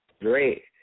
Great